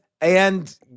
and-